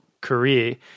career